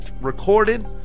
Recorded